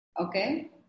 Okay